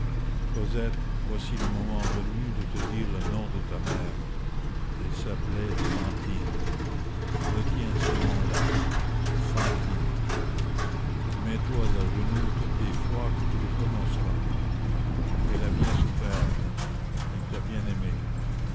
cosette voici le moment venu de te dire le nom de ta mère elle s'appelait fantine retiens ce nom-là fantine mets-toi à genoux toutes les fois que tu le prononceras elle a bien souffert elle t'a bien aimée